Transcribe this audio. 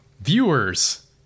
Viewers